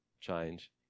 change